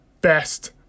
best